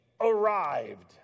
arrived